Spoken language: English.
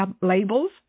labels